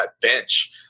bench